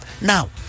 Now